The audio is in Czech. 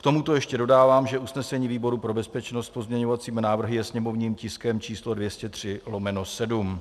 K tomuto ještě dodávám, že usnesení výboru pro bezpečnost s pozměňovacími návrhy je sněmovním tiskem 203/7.